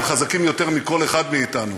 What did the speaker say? הם חזקים יותר מכל אחד מאתנו.